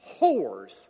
whores